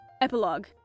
Epilogue